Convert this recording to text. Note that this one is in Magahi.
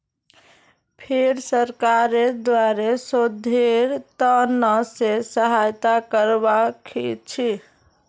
फेर सरकारेर द्वारे शोधेर त न से सहायता करवा सीखछी